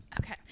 Okay